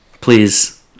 Please